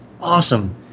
awesome